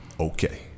Okay